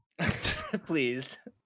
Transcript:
Please